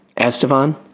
Estevan